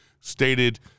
stated